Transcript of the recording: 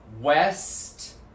west